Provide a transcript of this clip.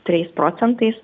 trijais procentais